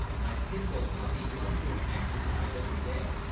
my, pitbull puppy loves doing exercise every, day,